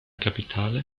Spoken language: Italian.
capitale